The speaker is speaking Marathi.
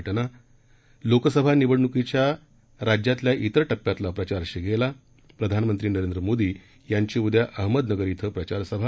घटना लोकसभा निवडणुकीच्या राज्यातल्या तिर टप्प्यातला प्रचार शिगेला प्रधानमंत्री नरेंद्र मोदी यांची उद्या अहमदनगर क्रिं प्रचारसभा